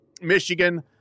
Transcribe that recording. Michigan